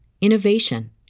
innovation